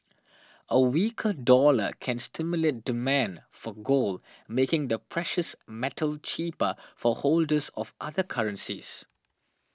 a weaker dollar can stimulate demand for gold making the precious metal cheaper for holders of other currencies